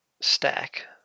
stack